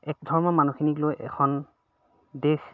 এক ধৰ্মৰ মানুহখিনিক লৈ এখন দেশ